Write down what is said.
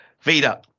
Vida